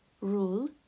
rule